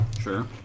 sure